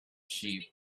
sheep